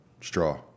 straw